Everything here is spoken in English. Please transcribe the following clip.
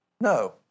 No